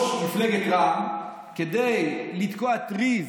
ראש מפלגת רע"מ, כדי לתקוע טריז